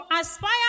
aspire